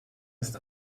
ist